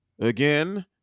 again